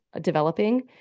developing